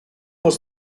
was